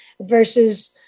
versus